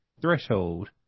threshold